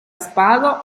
sparo